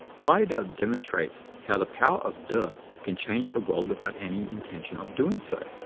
heyerdahl demonstrates how the power of te can change the world without any intention of doing so.